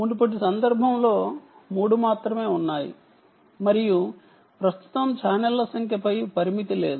మునుపటి సందర్భంలో 3 మాత్రమే ఉన్నాయి మరియు ప్రస్తుతం ఛానెల్ల సంఖ్యపై పరిమితి లేదు